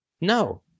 No